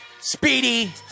Speedy